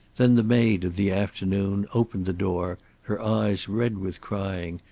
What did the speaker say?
then the maid of the afternoon opened the door, her eyes red with crying,